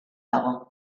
dago